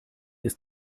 ist